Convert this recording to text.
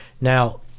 now